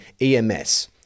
EMS